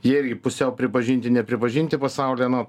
jie irgi pusiau pripažinti nepripažinti pasaulyje nu